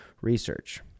research